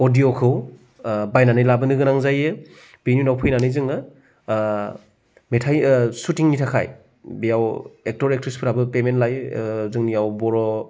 अदिय'खौ बायनानै लाबोनो गोनां जायो बेनि उनाव फैनानै जोङो मेथाइ सुटिंनि थाखाय बेयाव एकट'र एकट्रिसफोराबो पेमेन्ट लायो जोंनियाव बर'